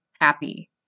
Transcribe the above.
happy